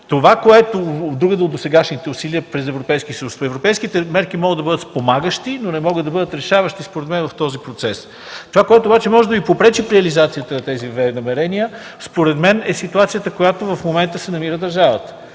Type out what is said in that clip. другаде. Другото от досегашните усилия пред Европейския съюз: европейските мерки могат да бъдат спомагащи, но не могат да бъдат решаващи в този процес, според мен. Това, което може да Ви попречи при реализацията на тези намерения, според мен, е ситуацията, в която в момента се намира държавата.